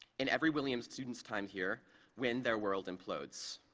in every williams student's time here when their world implodes.